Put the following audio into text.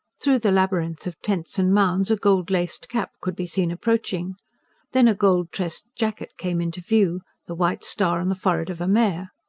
through the labyrinth of tents and mounds, a gold-laced cap could be seen approaching then a gold-tressed jacket came into view, the white star on the forehead of a mare.